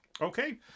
Okay